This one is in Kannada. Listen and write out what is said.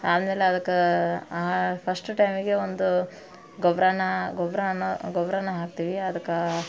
ಆಮೇಲೆ ಅದಕ್ಕೆ ಫಸ್ಟ್ ಟೈಮಿಗೆ ಒಂದು ಗೊಬ್ಬರನ ಗೊಬ್ರವನ್ನು ಗೊಬ್ಬರನ ಹಾಕ್ತೀವಿ ಅದಕ್ಕೆ